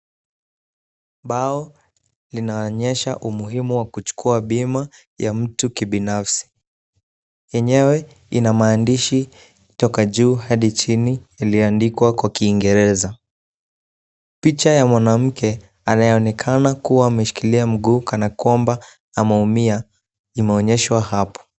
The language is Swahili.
Bao linaonyesha umuhimu wa kuchukua ya mtu kibinafsi. Yenyewe ina maandishi toka juu hadi chini iliyoandikwa kwa kiingereza. Picha ya mwanamke anayeonekana kushikilia mguu kana kwamba ameumia imeonyeshwa hapo.